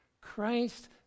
Christ